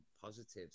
positives